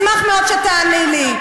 אני אשמח מאוד אם תעני לי.